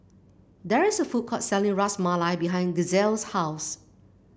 there is a food court selling Ras Malai behind Gisele's house